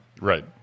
Right